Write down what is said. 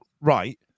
right